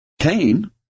Cain